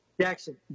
Jackson